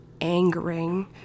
angering